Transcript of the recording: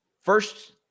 First